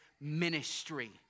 ministry